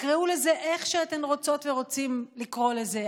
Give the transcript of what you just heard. תקראו לזה איך שאתן רוצות ורוצים לקרוא לזה,